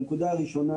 הנקודה הראשונה,